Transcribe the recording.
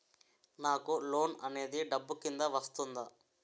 నాకు లోన్ అనేది డబ్బు కిందా వస్తుందా?